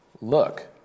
Look